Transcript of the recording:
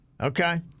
Okay